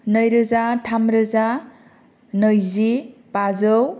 नैरोजा थामरोजा नैजि बाजौ